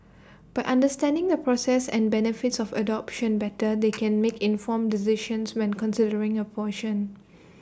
by understanding the process and benefits of adoption better they can make informed decisions when considering abortion